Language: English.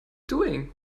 doing